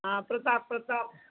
हा कृपा कृपा